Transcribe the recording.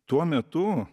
tuo metu